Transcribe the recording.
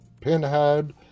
Pinhead